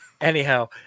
anyhow